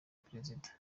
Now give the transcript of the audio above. perezida